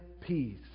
peace